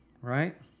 Right